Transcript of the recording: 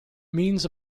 means